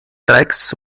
tracks